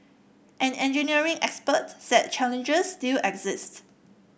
an engineering expert said challenges still exist